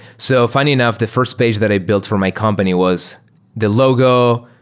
so funny enough, the first page that i built for my company was the logo,